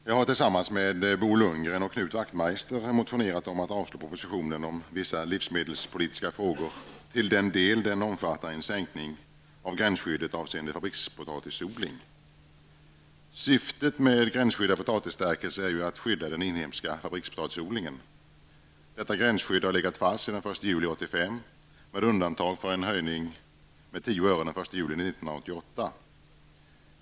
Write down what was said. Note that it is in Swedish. Herr talman! Jag har tillsammans med Bo Syftet med gränsskydd av potatisstärkelse är att skydda den inhemska fabrikspotatisodlingen. Detta gränsskydd har legat fast sedan den 1 juli 1 juli 1988.